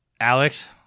Alex